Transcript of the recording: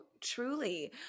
truly